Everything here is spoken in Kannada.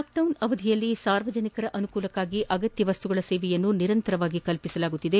ಲಾಕ್ಡೌನ್ ಅವಧಿಯಲ್ಲಿ ಸಾರ್ವಜನಿಕರ ಅನುಕೂಲಕ್ಕಾಗಿ ಅಗತ್ಯ ಮಸ್ತುಗಳ ಸೇವೆಯನ್ನು ನಿರಂತರವಾಗಿ ಕಲ್ಲಿಸಲಾಗುತ್ತಿದೆ